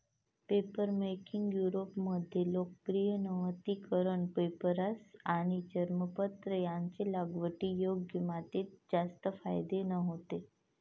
papermaking युरोपमध्ये लोकप्रिय नव्हती कारण पेपायरस आणि चर्मपत्र यांचे लागवडीयोग्य मातीत जास्त फायदे नव्हते